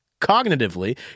cognitively